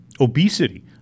Obesity